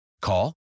Call